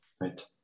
right